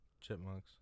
Chipmunks